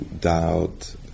doubt